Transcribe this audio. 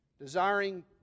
desiring